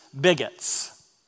bigots